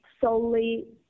solely